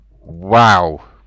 Wow